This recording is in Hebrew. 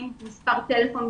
מספר טלפון,